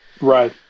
Right